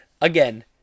again